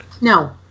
No